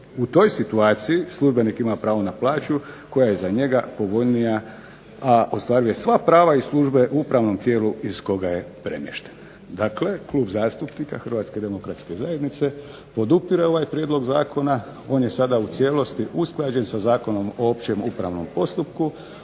U toj situaciji službenik ima pravo na plaću koja je za njega povoljnija, a ostvaruje sva prava iz službe u upravnom tijelu iz koga je premješten. Dakle, Klub zastupnika Hrvatske demokratske zajednice podupire ovaj prijedlog zakona. On je sada u cijelosti usklađen sa Zakonom o općem upravnom postupku,